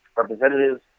Representatives